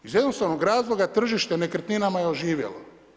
Iz jednostavnog razloga tržište nekretninama je oživjelo.